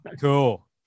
Cool